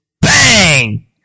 bang